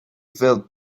felt